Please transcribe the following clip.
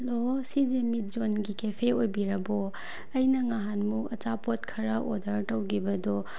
hello ꯁꯤꯁꯦ meat ꯖꯣꯟꯒꯤ cafe ꯑꯣꯏꯕꯤꯔꯕꯣ ꯑꯩꯅ ꯅꯍꯥꯟꯃꯨꯛ ꯑꯆꯥꯄꯣꯠ ꯈꯔ ꯑꯣꯔꯗꯔ ꯇꯧꯈꯤꯕꯗꯣ